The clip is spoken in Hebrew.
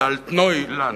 זה "על-תנאי-לנד".